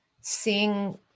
seeing